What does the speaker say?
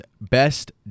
Best